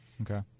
okay